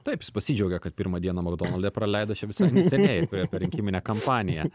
taip jis pasidžiaugė kad pirmą dieną makdonalde praleido čia visai neseniai per rinkiminę kampaniją